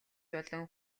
болон